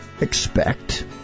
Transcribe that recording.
expect